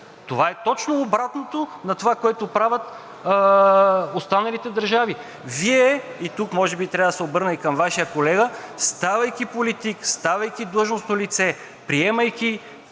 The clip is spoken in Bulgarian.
Това е точно обратното на това, което правят останалите държави. Вие – и тук може би трябва да се обърна към Вашия колега, ставайки политик, ставайки длъжностно лице, приемайки